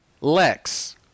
Lex